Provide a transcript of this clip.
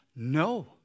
No